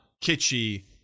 kitschy